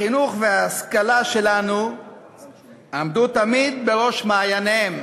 החינוך וההשכלה שלנו עמדו תמיד בראש מעייניהם